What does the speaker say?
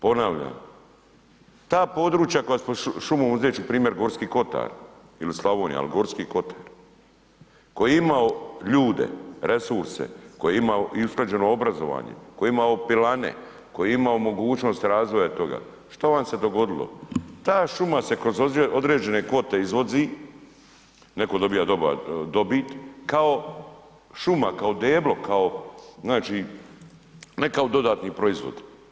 Ponavljam, ta područja koja smo šumom, uzet ću primjer Gorski kotar ili Slavonija, ali Gorski kotar koji je imao ljude, resurse, koji je imao i usklađeno obrazovanje, koji je imao pilane, koji je imao mogućnost razvoja toga, što vam se dogodilo, ta šuma se kroz određene kvote izvozi, netko dobiva dobar dobit kao šuma, kao deblo, znači ne kao dodatni proizvod.